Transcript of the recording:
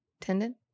Tendon